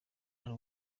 ari